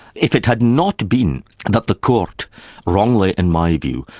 if it had not been that the court wrongly, in my view,